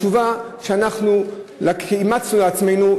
התשובה שאנחנו אימצנו לעצמנו,